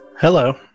Hello